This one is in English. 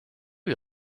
you